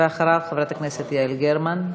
ואחריו, חברת הכנסת יעל גרמן.